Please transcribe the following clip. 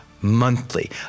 Monthly